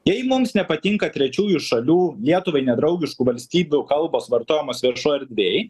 jei mums nepatinka trečiųjų šalių lietuvai nedraugiškų valstybių kalbos vartojimas viešoj erdvėj